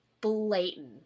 blatant